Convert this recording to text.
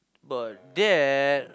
but that